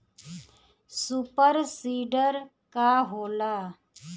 Super seeder का होला?